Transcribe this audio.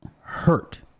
hurt